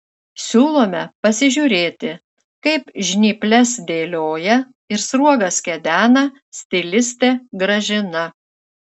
siūlome pasižiūrėti kaip žnyples dėlioja ir sruogas kedena stilistė gražina